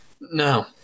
No